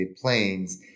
planes